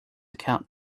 account